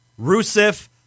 Rusev